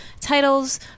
titles